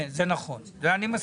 כן, זה נכון, זה אני מסכים,